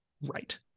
right